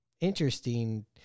interesting